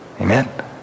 Amen